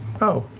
oh,